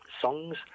songs